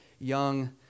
young